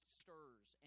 stirs